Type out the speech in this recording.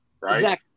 right